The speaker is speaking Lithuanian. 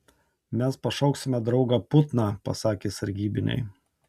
mes pašauksime draugą putną pasakė sargybiniai